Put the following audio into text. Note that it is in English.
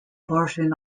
portion